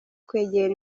kwegera